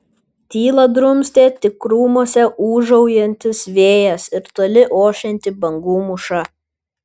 tylą drumstė tik krūmuose ūžaujantis vėjas ir toli ošianti bangų mūša